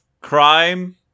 Crime